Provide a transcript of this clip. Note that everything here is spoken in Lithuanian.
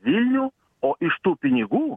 vilnių o iš tų pinigų